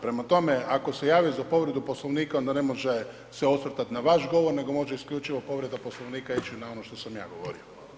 Prema tome, ako se javio za povredu Poslovnika onda ne može se osvrtat na vaš govor nego može isključivo povreda Poslovnika ići na ono što sam ja govorio.